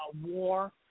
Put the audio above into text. war